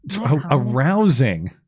arousing